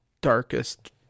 darkest